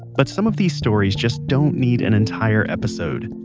but some of the stories just don't need an entire episode.